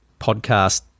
podcast